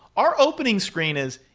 our opening screen is,